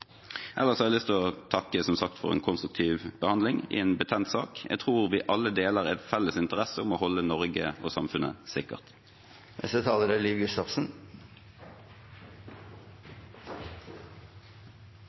har jeg, som sagt, lyst til å takke for en konstruktiv behandling av en betent sak. Jeg tror vi alle deler en felles interesse av å holde Norge og samfunnet sikkert. Jeg er